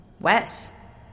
Wes